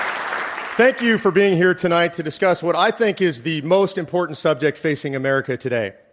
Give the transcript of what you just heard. um thank you for being here tonight to discuss what i think is the most important subject facing america today.